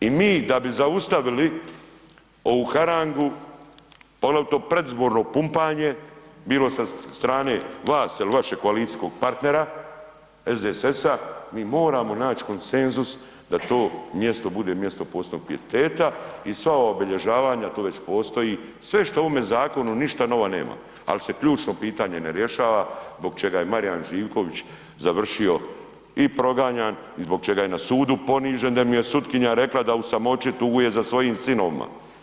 I mi da bi zaustavili ovu harangu, poglavito predizborno pumpanje bilo sa strane vas ili vašeg koalicijskog partnera SDSS-a mi moramo naći konsenzus da to mjesto bude mjesto od posebnog pijeteta i sva obilježavanja, tu već postoji, sve što u ovome zakonu, ništa nova nema ali se ključno pitanje ne rješava zbog čega je Marijan Živković završio i proganjan i zbog čega je na sudu ponižen jer mu je sutkinja rekla da u samoći tuguje za svojim sinovima.